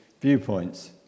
viewpoints